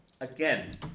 Again